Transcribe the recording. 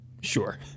Sure